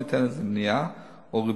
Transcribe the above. שאינה ניתנת למניעה או ריפוי,